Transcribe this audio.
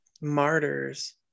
Martyrs